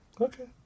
Okay